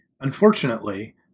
Unfortunately